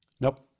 Nope